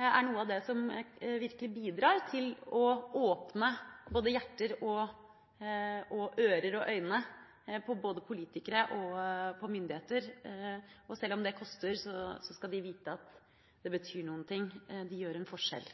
er noe av det som virkelig bidrar til å åpne både hjerter, ører og øyne på politikere og på myndigheter. Sjøl om det koster, skal de vite at det betyr noe – de gjør en forskjell.